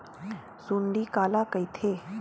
सुंडी काला कइथे?